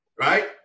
Right